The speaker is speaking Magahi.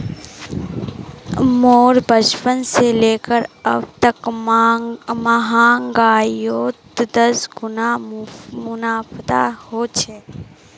मोर बचपन से लेकर अब तक महंगाईयोत दस गुना मुनाफा होए छे